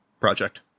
project